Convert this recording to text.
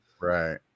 right